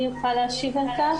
אני אוכל להשיב על כך.